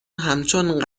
همچون